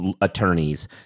attorneys